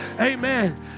Amen